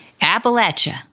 Appalachia